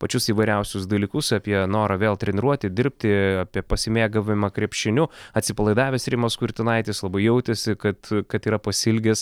pačius įvairiausius dalykus apie norą vėl treniruoti dirbti apie pasimėgavimą krepšiniu atsipalaidavęs rimas kurtinaitis labai jautėsi kad kad yra pasiilgęs